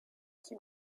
qui